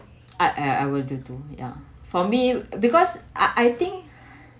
I I will do to ya for me because I I think